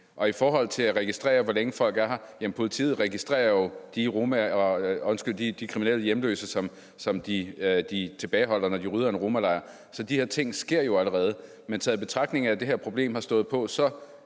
I forhold til at registrere, hvor længe folk er her, vil jeg sige: Jamen politiet registrerer jo de kriminelle hjemløse, som de tilbageholder, når de rydder en romalejr. Så de her ting sker jo allerede. Men i betragtning af at det her problem har stået på så